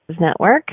Network